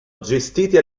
gestite